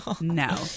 No